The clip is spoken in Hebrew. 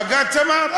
בג"ץ אמר?